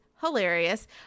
hilarious